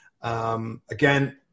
Again